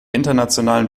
internationalen